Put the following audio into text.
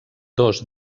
dos